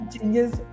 changes